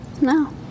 No